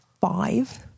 five